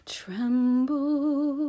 tremble